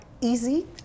easy